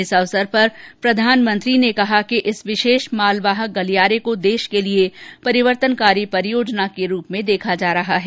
इस अवसर पर प्रधानमंत्री ने कहा कि इस विशेष मालवाहक गलियारे को देश के लिए परिवर्तनकारी परियोजना को रूप में देखा जा रहा है